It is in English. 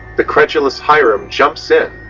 the credulous hiram jumps in,